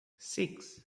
six